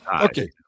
Okay